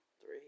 Three